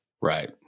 Right